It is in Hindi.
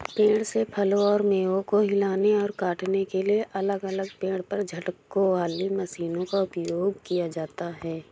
पेड़ से फलों और मेवों को हिलाने और काटने के लिए अलग अलग पेड़ पर झटकों वाली मशीनों का उपयोग किया जाता है